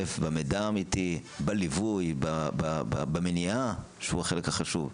במידע האמיתי, בליווי, במניעה, שהוא החלק החשוב.